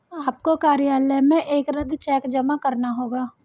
आपको कार्यालय में एक रद्द चेक जमा करना होगा